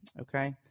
Okay